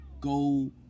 go